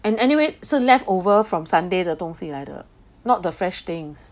and anyway 是 leftover from Sunday 的东西来的 not the fresh things